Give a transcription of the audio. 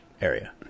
area